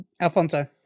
Alfonso